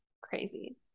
crazy